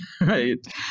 right